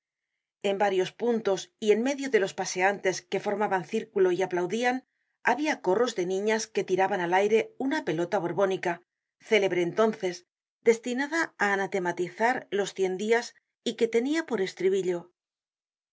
en varios puntos y en medio de los paseantes que formaban círculo y aplaudian habia corros de niñas que tiraban al aire una pelota borbónica célebre entonces destinada á anatematizar los cien dias y que tenia por estribillo